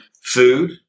food